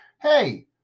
hey